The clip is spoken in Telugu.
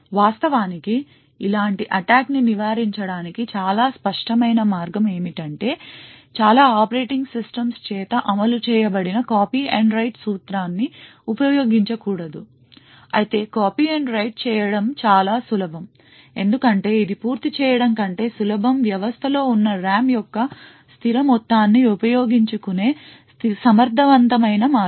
వాస్తవానికి ఇలాంటి అటాక్ ని నివారించడానికి చాలా స్పష్టమైన మార్గం ఏమిటంటే చాలా ఆపరేటింగ్ సిస్టమ్స్ చేత అమలు చేయబడిన copy and write సూత్రాన్ని ఉపయోగించకూడదు అయితే copy and write చేయటం చాలా సులభం ఎందుకంటే ఇది పూర్తి చేయడం కంటే సులభం వ్యవస్థలో ఉన్న RAM యొక్క స్థిర మొత్తాన్ని ఉపయోగించుకునే సమర్థవంతమైన మార్గం